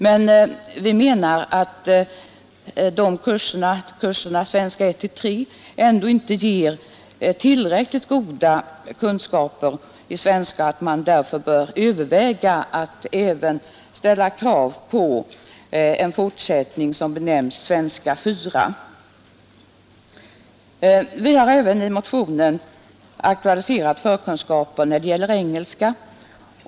Men vi menar att de kurserna, Svenska 1—3, ändå inte ger tillräckligt goda kunskaper i svenska och att man därför bör överväga att även ställa krav på en fortsättning, som benämns Svenska 4. Vi har även i motionen aktualiserat behovet av förkunskaper när det gäller engelska.